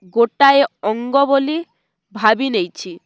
ଗୋଟାଏ ଅଙ୍ଗ ବୋଲି ଭାବି ନେଇଛି